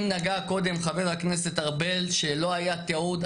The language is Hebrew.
אם נגע קודם חבר הכנסת ארבל שלא היה תיעוד,